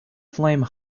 flame